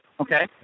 Okay